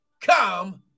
come